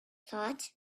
thought